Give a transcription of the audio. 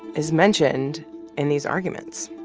is mentioned in these arguments.